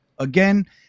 Again